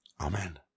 Amen